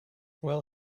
well